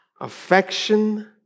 Affection